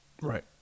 right